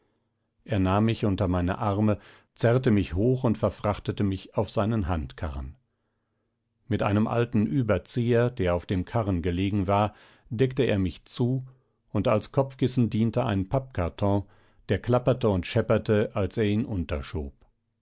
er nahm mich unter meine arme zerrte mich hoch und verfrachtete mich auf seinen handkarren mit einem alten überzieher der auf dem karren gelegen war deckte er mich zu und als kopfkissen diente ein pappkarton der klapperte und schepperte als er ihn